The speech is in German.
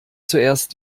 zuerst